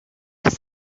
was